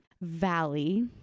Valley